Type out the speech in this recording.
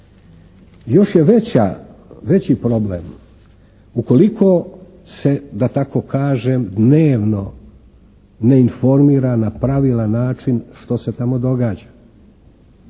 Još je veća, veći problem ukoliko se da tako kažem dnevno ne informira na pravilan način što se tamo događa?